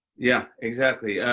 yeah. exactly.